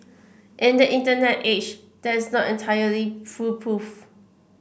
in the Internet age that's not entirely foolproof